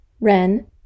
Ren